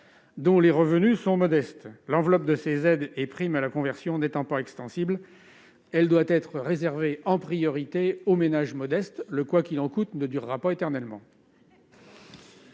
aux revenus modestes. L'enveloppe des aides et primes à la conversion n'étant pas extensible, elle doit être réservée en priorité aux ménages modestes : le « quoi qu'il en coûte » ne durera pas éternellement.